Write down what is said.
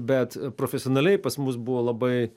bet profesionaliai pas mus buvo labai